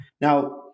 Now